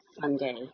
Sunday